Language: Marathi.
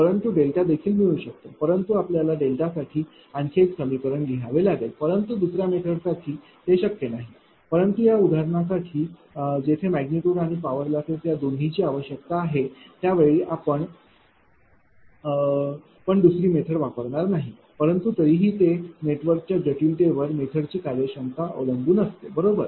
परंतु डेल्टा देखील मिळू शकतो परंतु आपल्याला डेल्टासाठी आणखी एक समीकरण लिहावे लागेल परंतु दुसऱ्या मेथडसाठी ते शक्य नाही परंतु या उदाहरणासाठी जेथे मॅग्निट्यूड आणि पावर लॉसेस या दोन्हीची आवश्यकता आहे त्यावेळी आपण पण दुसरी मेथड वापरणार नाही परंतु तरीही ते नेटवर्कच्या जटिलतेवर मेथडची कार्यक्षमता अवलंबून असते बरोबर